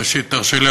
ראשית תרשה לי,